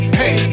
hey